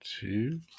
Two